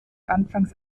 anfangs